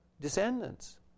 descendants